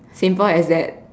simple as that